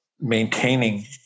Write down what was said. maintaining